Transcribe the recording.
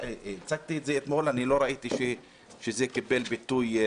הצגתי את זה אתמול, אני לא ראיתי שזה קיבל ביטוי.